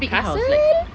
castle